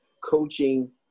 coaching